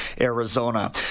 Arizona